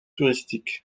touristiques